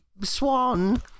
swan